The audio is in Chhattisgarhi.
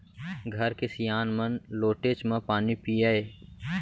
घर के सियान मन लोटेच म पानी पियय